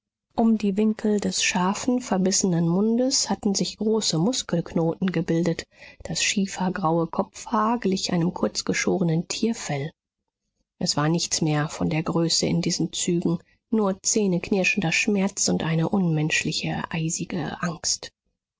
um die winkel des scharfen verbissenen mundes hatten sich große muskelknoten gebildet das schiefergraue kopfhaar glich einem kurzgeschorenen tierfell es war nichts mehr von größe in diesen zügen nur zähneknirschender schmerz und eine unmenschliche eisige angst